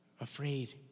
afraid